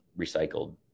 recycled